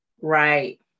Right